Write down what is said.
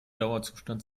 dauerzustand